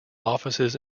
offices